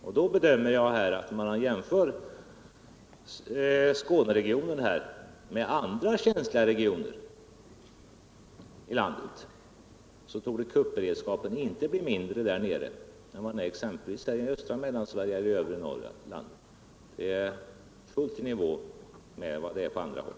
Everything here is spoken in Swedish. Jag bedömer det så, att om man jämför Skåneregionen med andra känsliga regioner i landet torde kuppberedskapen inte bli mindre där nere än vad den är exempelvis i östra Mellansverige eller övre Norrland. Den är fullt i nivå med vad den är på andra håll.